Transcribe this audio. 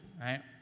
right